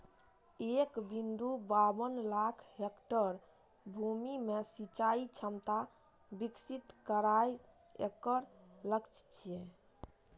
एक बिंदु बाबन लाख हेक्टेयर भूमि मे सिंचाइ क्षमता विकसित करनाय एकर लक्ष्य छै